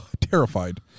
terrified